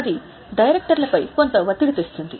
అది డైరెక్టర్ల పై కొంత ఒత్తిడి తెస్తుంది